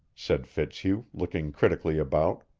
said fitzhugh, looking critically about.